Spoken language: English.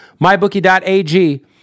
MyBookie.ag